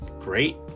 great